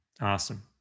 Awesome